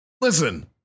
Listen